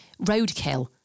roadkill